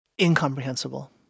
incomprehensible